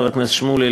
חבר הכנסת שמולי,